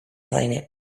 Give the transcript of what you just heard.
planet